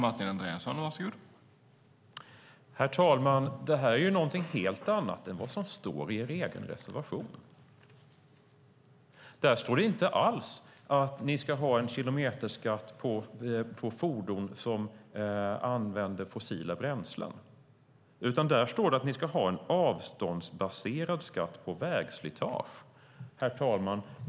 Herr talman! Det här är någonting helt annat än vad som står i er reservation. Där skriver ni inte alls om en kilometerskatt på fordon som använder fossila bränslen, utan där står det om en avståndsbaserad skatt på vägslitage. Herr talman!